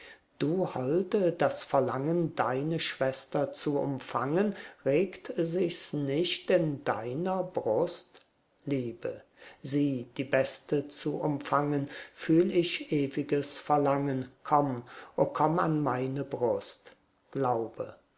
du holde das verlangen deine schwester zu umfangen regt sich's nicht in deiner brust liebe sie die beste zu umfangen fühl ich ewiges verlangen komm o komm an meine brust glaube